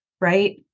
right